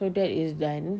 so that is done